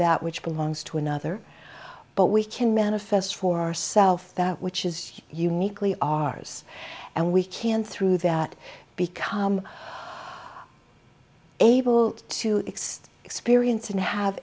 that which belongs to another but we can manifest for our self that which is uniquely ours and we can through that become able to extend experience and have